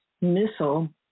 missile